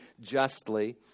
justly